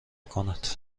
کند